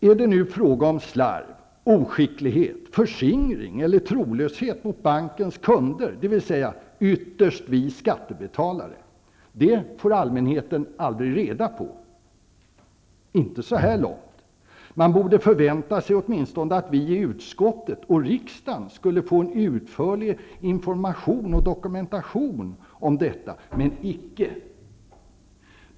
Är det fråga om slarv, oskicklighet, förskingring eller trolöshet mot bankens kunder -- det gäller alltså ytterst oss skattebetalare? Det får allmänheten aldrig reda på; inte så här långt. Man borde förvänta sig att åtminstone vi i utskottet och riksdagen skulle få utförlig information och dokumentation om detta, men icke!